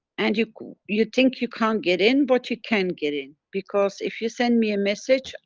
and you. you you think you can't get in, but you can get in, because if you send me a message,